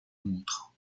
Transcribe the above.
montre